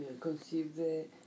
conceive